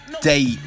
Date